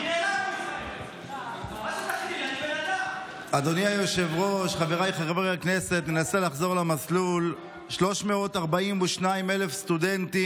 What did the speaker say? אני לא צריך עזרה, חבר הכנסת מר כהן.